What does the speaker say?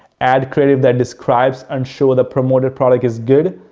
ad creative that describes and show the promoted product is good.